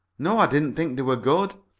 no. i didn't think they were good.